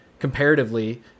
comparatively